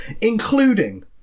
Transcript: including